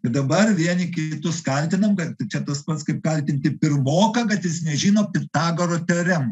dabar vieni kitus kaltinam kad čia tas pats kaip kaltinti pirmoką kad jis nežino pitagoro teoremos